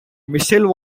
michelle